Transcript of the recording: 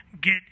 get